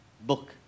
book